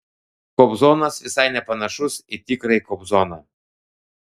kobzonas visai nepanašus į tikrąjį kobzoną